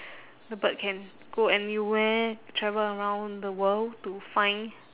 the bird can go anywhere travel around the world to find